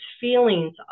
feelings